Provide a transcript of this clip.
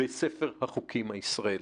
בספר החוקים הישראלי.